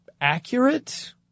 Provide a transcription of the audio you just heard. accurate